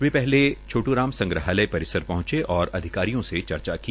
वे पहले छोटू राम संग्रहालय परिसर पहंचे और अधिकारियों से चर्चा की